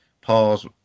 pause